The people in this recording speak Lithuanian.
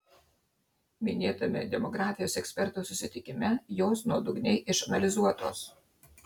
minėtame demografijos ekspertų susitikime jos nuodugniai išanalizuotos